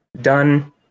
done